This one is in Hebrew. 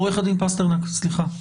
עורך הדין פסטרנק, סליחה.